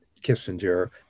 Kissinger